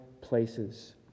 places